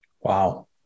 Wow